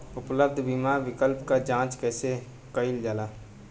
उपलब्ध बीमा विकल्प क जांच कैसे कइल जाला?